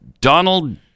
Donald